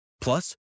Plus